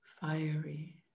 fiery